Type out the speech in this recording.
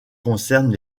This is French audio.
concerne